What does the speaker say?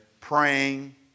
Praying